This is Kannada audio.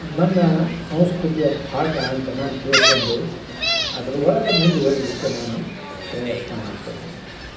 ನನ್ನ ಸಂಸ್ಕ್ರತಿಯ ಭಾಗ ಅಂತ ನಾನು ತಿಳ್ಕೊಂಡು ಅದ್ರ ಒಳಗೆ ಮುಂದುವರಿಯಲಿಕ್ಕೆ ನಾನು ಪ್ರಯತ್ನ ಮಾಡ್ತೇನೆ